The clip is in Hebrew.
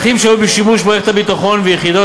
תוכניות בשטחים שהיו בשימוש מערכת הביטחון ויחידות